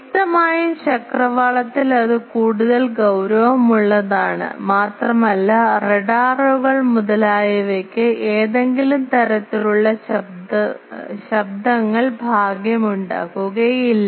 വ്യക്തമായും ചക്രവാളത്തിൽ അത് കൂടുതൽ ഗൌരവമുള്ളതാണ് മാത്രമല്ല റാഡറുകൾ മുതലായവയ്ക്ക് ഏതെങ്കിലും തരത്തിലുള്ള ശബ്ദങ്ങൾ ഭാഗ്യം ഉണ്ടാകുകയില്ല